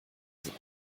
soll